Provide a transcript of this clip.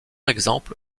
exemple